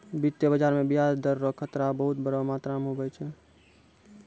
वित्तीय बाजार मे ब्याज दर रो खतरा बहुत बड़ो मात्रा मे हुवै छै